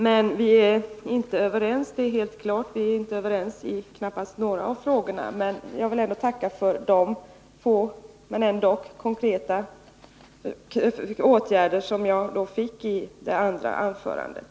Att vi inte är överens — vi är knappast överens i någon av frågorna — är helt klart, men jag vill ändå tacka för beskeden om de få men ändå konkreta åtgärder som jag fick i det andra anförandet.